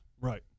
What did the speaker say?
Right